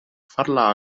farla